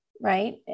right